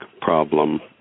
problem